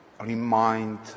remind